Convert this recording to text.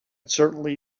certainly